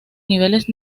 niveles